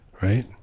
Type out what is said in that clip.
Right